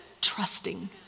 trusting